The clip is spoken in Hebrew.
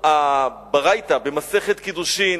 הברייתא במסכת קידושין